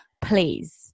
please